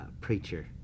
preacher